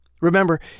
Remember